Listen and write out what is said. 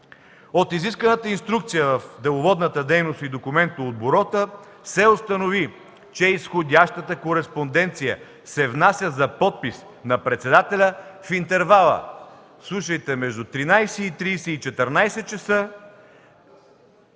От изисканата Инструкция за деловодната дейност и документооборота се установи, че изходящата кореспонденция се внася за подпис на председателя в интервала, слушайте, между 13,30 и 14,00 ч.